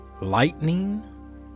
lightning